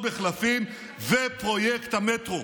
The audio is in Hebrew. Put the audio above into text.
עוד מחלפים ופרויקט המטרו.